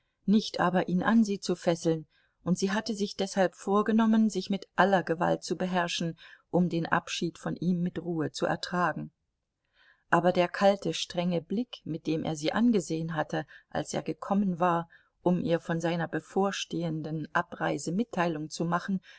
nicht aber ihn an sie zu fesseln und sie hatte sich deshalb vorgenommen sich mit aller gewalt zu beherrschen um den abschied von ihm mit ruhe zu ertragen aber der kalte strenge blick mit dem er sie angesehen hatte als er gekommen war um ihr von seiner bevorstehenden abreise mitteilung zu machen